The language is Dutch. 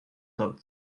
rood